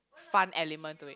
fun element to it